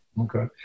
Okay